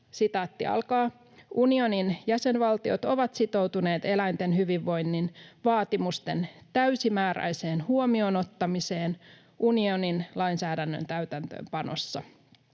ja lausui: ”Unionin jäsenvaltiot ovat sitoutuneet eläinten hyvinvoinnin vaatimusten täysimääräiseen huomioon ottamiseen unionin lainsäädännön täytäntöönpanossa.